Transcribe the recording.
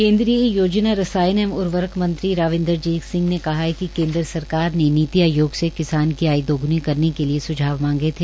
केन्द्रीय योजना रसायन एवं उर्वरक मंत्री राव इन्द्रजीत सिंह ने कहा है कि केन्द्र सरकार ने नीति आयोग से किसान की आय दोग्णी करने के लिए स्झाव मांगे थे